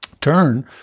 turn